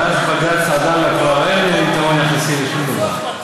מאז בג"ץ עדאלה כבר אין יתרון יחסי לשום דבר.